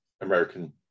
American